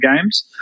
games